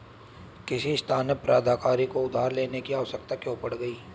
किसी स्थानीय प्राधिकारी को उधार लेने की आवश्यकता क्यों पड़ गई?